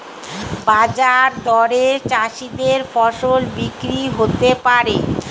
বাজার দরে চাষীদের ফসল বিক্রি হতে পারে